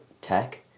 tech